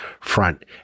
front